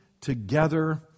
together